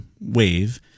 wave